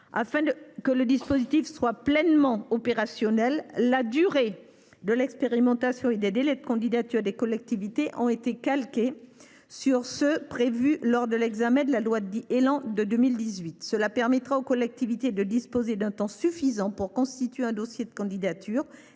Afin que le dispositif soit pleinement opérationnel, la durée de l’expérimentation et les délais de candidature des collectivités ont été calqués sur ceux qui ont été prévus lors de l’examen de la loi Élan. Cela permettra aux collectivités de disposer d’un temps suffisant pour constituer un dossier de candidature,